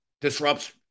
disrupts